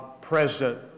President